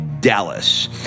Dallas